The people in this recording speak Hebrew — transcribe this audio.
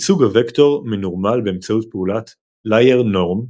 ייצוג הווקטור מנורמל באמצעות פעולת LayerNorm,